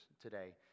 today